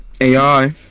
AI